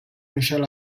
michelle